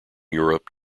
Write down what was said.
europe